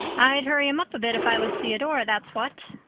i'd hurry him up a bit, if i was theodora, that's what,